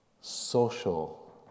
social